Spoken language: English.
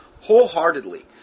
wholeheartedly